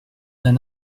d’un